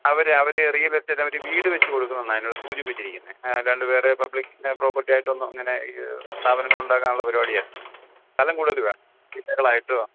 അവർ അവർ real estate അവർ വീട് വെച്ച് കൊടുക്കുന്നു എന്നാണ് എന്നോട് സൂചിപ്പിച്ചിരിക്കുന്നത് രണ്ട് പേരുടെയും പബ്ലിക് പ്രോപ്പർട്ടി ആയിട്ടൊന്നും അങ്ങനെ സ്ഥാപനങ്ങൾ ഉണ്ടാക്കാനുള്ള പരിപാടി ആണ് സ്ഥലം കൂടുതൽ വേണം വില്ലകളായിട്ടോ